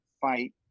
fight